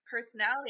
personality